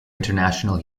international